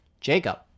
Jacob